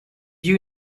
you